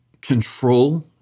control